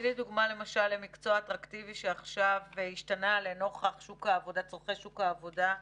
תני לי דוגמה למקצוע אטרקטיבי שעכשיו השתנה לנוכח צורכי שוק העבודה.